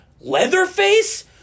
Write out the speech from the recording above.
Leatherface